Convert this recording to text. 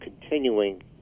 continuing